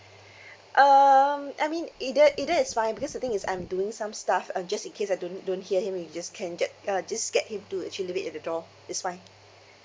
um I mean either either is fine because the thing is I'm doing some stuff um just in case I don't don't hear him we just can't get uh just scared him to actually wait at the door is fine